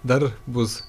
dar bus